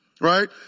right